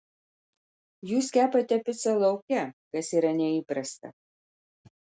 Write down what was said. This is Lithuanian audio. jūs kepate picą lauke kas yra neįprasta